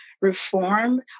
reform